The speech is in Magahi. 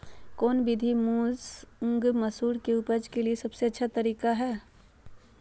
कौन विधि मुंग, मसूर के उपज के लिए सबसे अच्छा तरीका है?